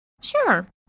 Sure